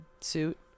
suit